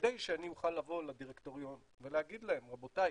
כדי שאני אוכל לבוא לדירקטוריון ולהגיד להם: רבותיי,